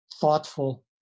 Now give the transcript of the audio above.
thoughtful